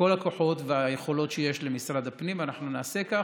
בכל הכוחות והיכולות שיש למשרד הפנים נעשה כך,